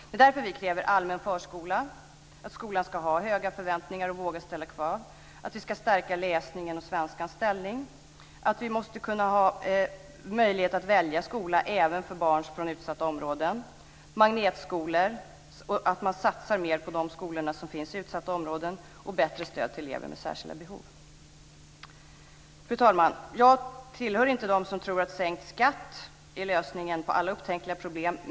Det är därför vi kräver allmän förskola, att skolan ska höga förväntningar och våga ställa krav, en stärkning av läsning och svenskans ställning, möjlighet att välja skola även för barn från utsatta områden, magnetskolor och en större satsning på skolor i utsatta områden och bättre stöd till elever med särskilda behov. Fru talman! Jag tillhör inte dem som tror att sänkt skatt är lösningen på alla upptänkliga problem.